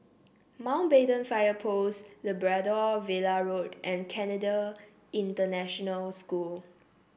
Mountbatten Fire Post Labrador Villa Road and Canadian International School